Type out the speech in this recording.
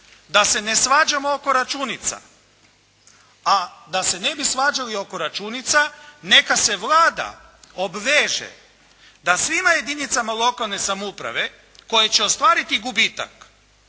da se ne svađamo oko računica, a da se ne bi svađali oko računica neka se Vlada obveže da svima jedinicama lokalne samouprave koje će ostvariti gubitak,